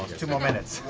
two more minutes.